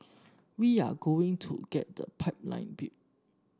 we are going to get the pipeline built